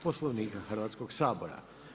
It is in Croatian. Poslovnika hrvatskog sabora.